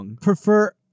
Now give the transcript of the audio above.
prefer